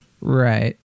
right